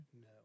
No